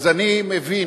אז אני מבין,